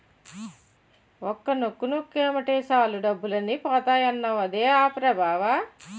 ఒక్క నొక్కు నొక్కేమటే సాలు డబ్బులన్నీ పోతాయన్నావ్ అదే ఆప్ రా బావా?